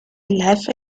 live